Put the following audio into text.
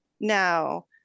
now